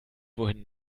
wohin